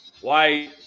white